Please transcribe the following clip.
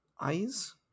eyes